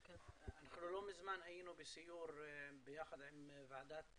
אנחנו לא מזמן היינו בסיור ביחד עם הוועדה